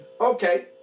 Okay